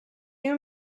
you